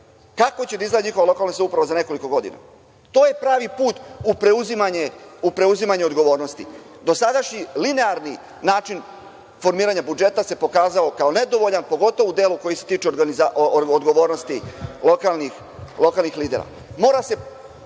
kako će da izgleda njihova lokalna samouprava za nekoliko godina. To je pravi put u preuzimanje odgovornosti. Dosadašnji linearni način formiranja budžeta se pokazao kao nedovoljan, pogotovo u delu koji se tiče odgovornosti lokalnih lidera. Mora